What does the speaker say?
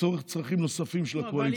לצורך צרכים נוספים של הקואליציה.